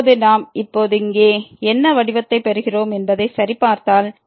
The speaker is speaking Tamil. இப்போது நாம் இப்போது இங்கே என்ன வடிவத்தைப் பெறுகிறோம் என்பதை சரிபார்த்தால்